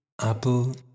Apple